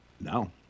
No